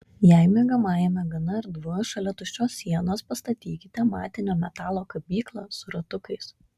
jei miegamajame gana erdvu šalia tuščios sienos pastatykite matinio metalo kabyklą su ratukais